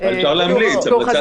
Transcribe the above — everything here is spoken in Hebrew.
כפי